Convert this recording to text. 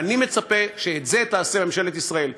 ואני מצפה שאת זה תעשה ממשלת ישראל,